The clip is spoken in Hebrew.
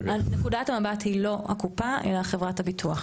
נקודת המבט היא לא הקופה, אלא חברת הביטוח.